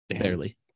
Barely